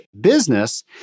business